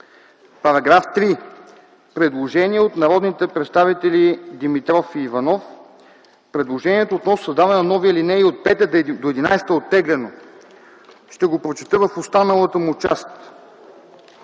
По § 3 има предложение от народните представители Димитров и Иванов. Предложението относно създаване на нови алинеи от 5 до 11 е оттеглено. Ще го прочета в останалата му част: